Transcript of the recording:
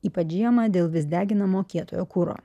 ypač žiemą dėl vis deginamo kietojo kuro